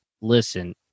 listen